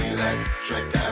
Electric